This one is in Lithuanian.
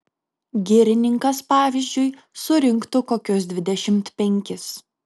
girininkas pavyzdžiui surinktų kokius dvidešimt penkis